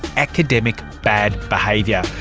academic bad behaviour,